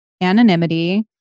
anonymity